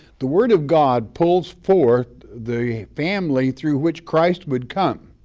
the word of god pulls forth the family through which christ would come,